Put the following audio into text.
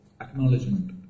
acknowledgement